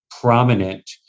prominent